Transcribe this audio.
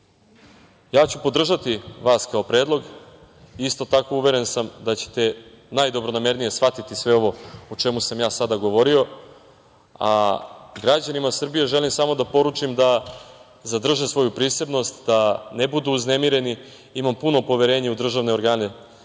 ću podržati vas kao predlog i isto tako uveren sam da ćete najdobronamernije shvatiti sve ovo o čemu sam ja sada govorio. Građanima Srbije želim samo da poručim da zadrže svoju prisebnost, da ne budu uznemireni. Imam puno poverenje u državne organe